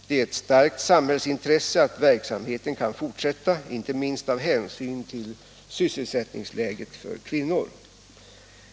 Det är ett starkt samhällsintresse att verksamheten kan fortsätta, inte minst av hänsyn till sysselsättningsläget för kvinnor.